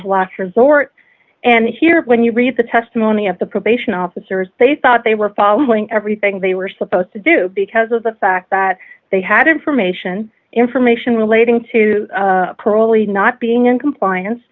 of last resort and here when you read the testimony of the probation officers they thought they were following everything they were supposed to do because of the fact that they had information information relating to proly not being in compliance